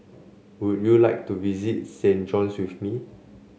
would you like to visit Saint John's with me